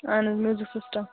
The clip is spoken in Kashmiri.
اہَن حَظ میوٗزِک سسِٹم